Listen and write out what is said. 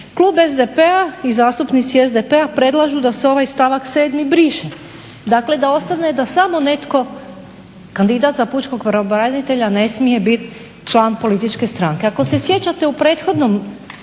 Klub SDP-a i zastupnici SDP-a predlažu da se ovaj stavak 7. briše, dakle da ostane da samo netko kandidat za pučkog pravobranitelja ne smije biti član političke stranke. Ako se sjećate u prethodnom